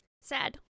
Sad